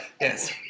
Yes